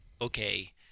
okay